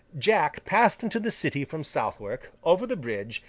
jack passed into the city from southwark, over the bridge,